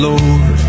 Lord